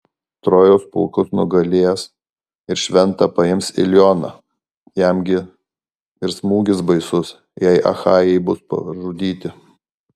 trojos pulkus nugalės ir šventą paims ilioną jam gi ir smūgis baisus jei achajai bus pražudyti